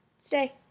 stay